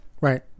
right